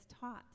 taught